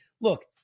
look